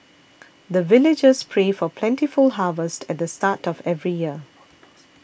the villagers pray for plentiful harvest at the start of every year